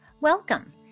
Welcome